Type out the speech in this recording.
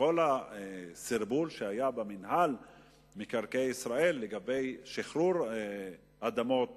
כל הסרבול שהיה במינהל מקרקעי ישראל לגבי שחרור אדמות